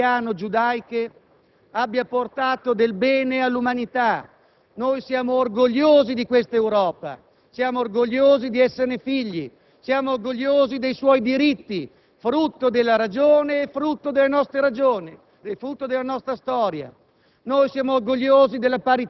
che con le sue radici cristiano-giudaiche abbia portato del bene all'umanità, noi siamo orgogliosi di questa Europa; siamo orgogliosi di esserne figli; siamo orgogliosi dei suoi diritti, frutto della ragione e della nostra storia;